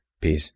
Peace